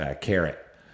carrot